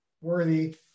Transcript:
Worthy